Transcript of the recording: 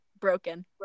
broken